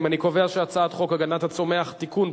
הצעת חוק הגנת הצומח (תיקון,